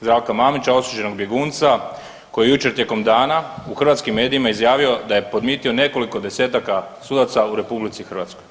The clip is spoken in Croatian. Zdravka Mamića osuđenog bjegunca koji je jučer tijekom dana u hrvatskim medijima izjavio da je podmitio nekoliko desetaka sudaca u RH.